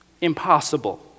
impossible